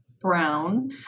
brown